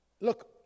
Look